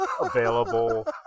Available